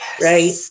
Right